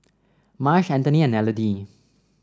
Marsh Antony and Elodie